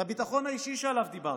זה הביטחון האישי שעליו דיברתם,